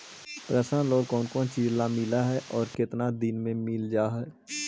Personal loan कोन कोन चिज ल मिल है और केतना दिन में मिल जा है?